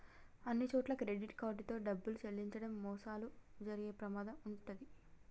అన్నిచోట్లా credit card తో డబ్బులు చెల్లించడం మోసాలు జరిగే ప్రమాదం వుంటది